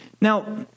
Now